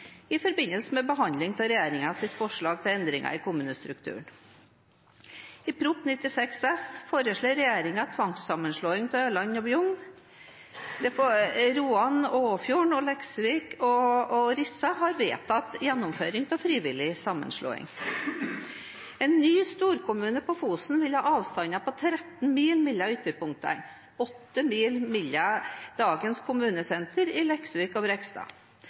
i forbindelse med behandlingen av regjeringens forslag til endringer i kommunestrukturen. I Prop. 96 S for 2016–2017 foreslår regjeringen tvangssammenslåing av Ørland og Bjugn. Roan og Åfjord og Leksvik og Rissa har vedtatt gjennomføring av frivillig sammenslåing. En ny storkommune på Fosen vil ha avstander på 13 mil mellom ytterpunktene og 8 mil mellom dagens kommunesenter i Leksvik og Brekstad.